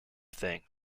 thing